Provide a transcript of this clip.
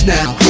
now